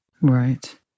Right